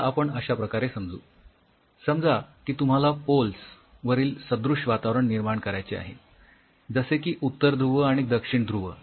याला आपण अश्या प्रकारे समजू समजा की तुम्हाला पोल्स ध्रुव वरील सदृश वातावरण तयार करायचे आहे जसे की उत्तर ध्रुव आणि दक्षिण ध्रुव